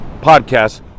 podcasts